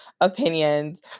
opinions